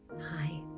Hi